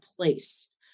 place